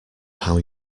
how